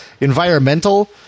environmental